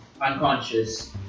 unconscious